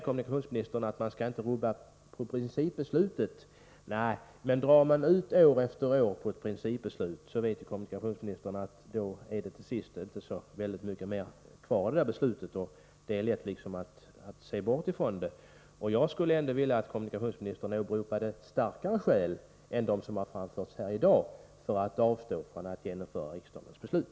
Kommunikationsministern säger att man inte skall rubba på riksdagens principbeslut. Nej, men om man drar ut på tiden år efter år med verkställandet av riksdagens principbeslut, är det till sist — det vet kommuni kationsministern — inte särskilt mycket kvar av beslutet. Det är lätt att bortse från det. Jag skulle vilja att kommunikationsministern åberopade starkare skäl än de som framförts här i dag för att avstå från att genomföra riksdagens beslut.